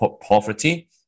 poverty